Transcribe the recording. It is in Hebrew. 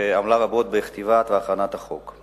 שעמלה אתי רבות בכתיבת והכנת החוק.